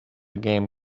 game